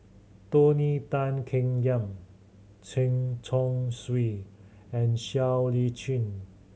Tony Tan Keng Yam Chen Chong Swee and Siow Lee Chin